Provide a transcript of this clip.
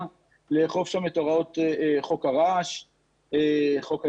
לאכוף שם את הוראות חוק הרעש חוק הניקיון.